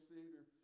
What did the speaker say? Savior